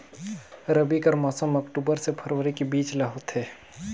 रबी कर मौसम अक्टूबर से फरवरी के बीच ल होथे